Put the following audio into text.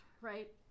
right